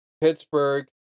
Pittsburgh